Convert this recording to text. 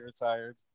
retired